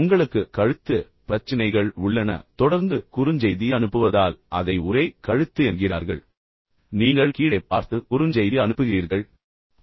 உங்களுக்கு கழுத்து பிரச்சினைகள் உள்ளன அவர்கள் தொடர்ந்து குறுஞ்செய்தி அனுப்புவதால் அதை உரை கழுத்து என்று அழைக்கிறார்கள் நீங்கள் கீழே பார்த்து குறுஞ்செய்தி அனுப்புகிறீர்கள் பின்னர் அது உங்களுக்கு சிக்கலை ஏற்படுத்துகிறது